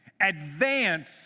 advance